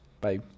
Bye